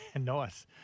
Nice